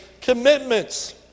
commitments